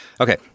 Okay